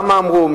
למה אמרו,